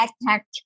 attack